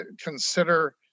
consider